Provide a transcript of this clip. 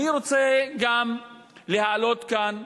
אני רוצה גם להעלות כאן,